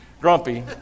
grumpy